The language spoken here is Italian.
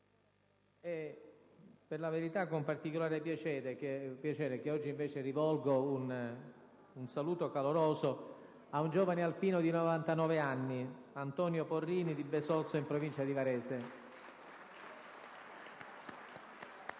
È per la verità con particolare piacere che oggi invece rivolgo un saluto caloroso ad un giovane alpino di 99 anni, Antonio Porrini, di Besozzo, in provincia di Varese.